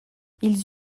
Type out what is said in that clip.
ils